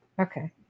Okay